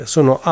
Sono